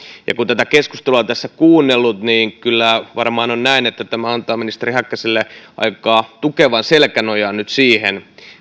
kun tätä keskustelua tässä on kuunnellut niin kyllä varmaan on näin että tämä antaa ministeri häkkäselle aika tukevan selkänojan nyt siihen